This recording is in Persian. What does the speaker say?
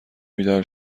بیدار